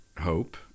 hope